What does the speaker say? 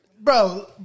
Bro